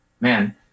man